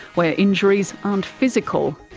where injuries aren't physical,